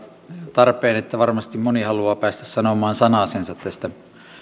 tarpeen että varmasti moni haluaa päästä sanomaan sanasensa tästä